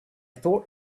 thought